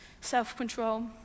self-control